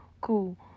Cool